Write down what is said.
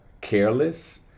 careless